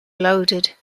loaded